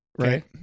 Right